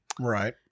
right